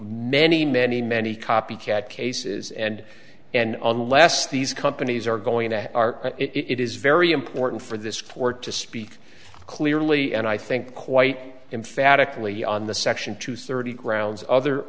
nanny many many copycat cases and and unless these companies are going to are it is very important for this court to speak clearly and i think quite emphatically on the section two thirty grounds other